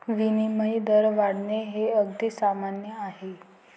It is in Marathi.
विनिमय दर वाढणे हे अगदी सामान्य आहे